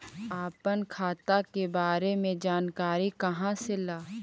अपन खाता के बारे मे जानकारी कहा से ल?